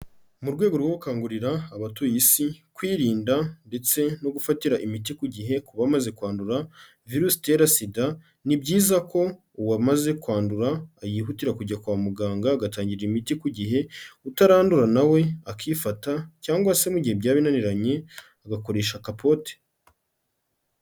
Mu rwego rwo gukangurira abatuye isi kwirinda ndetse no gufatira imiti ku gihe ku bamaze kwandura virusi itera SIDA, ni byiza ko uwamaze kwandura yihutira kujya kwa muganga agatangira imiti ku gihe, utarandura na we akifata cyangwa se mu gihe byaba binaniranye agakoresha kapote.